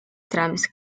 trams